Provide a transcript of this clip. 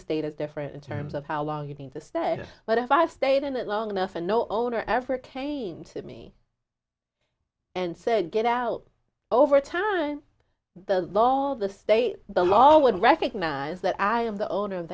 state is different in terms of how long you need to stay but if i stayed in it long enough and no owner ever came to me and said get out over time the law all the state the law would recognize that i am the owner of